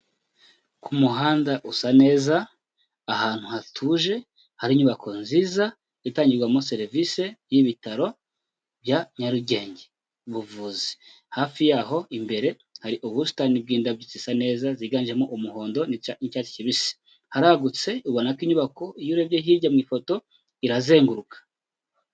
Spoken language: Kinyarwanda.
Ku muhanda usa neza ahantu hatuje hari inyubako nziza itangirwamo serivisi y'ibitaro bya Nyarugenge mu buvuzi, hafi yaho imbere hari ubusitani bw'indabyo zisa neza ziganjemo umuhondo, n'icyatsi kibisi, haragutse ubona ko inyubako iyo urebye hirya mu ifoto irazenguruka.